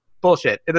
bullshit